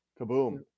kaboom